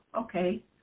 okay